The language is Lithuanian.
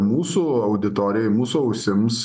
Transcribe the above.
mūsų auditorijai mūsų ausims